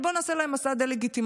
אבל בוא נעשה להם מסע דה-לגיטימציה.